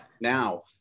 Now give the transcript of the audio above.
Now